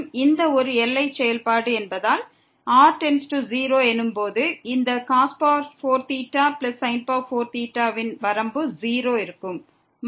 மற்றும் இந்த ஒரு எல்லை செயல்பாடு என்பதால் r→0 எனும்போது இந்த ன் வரம்பு 0 ஆக இருக்கும்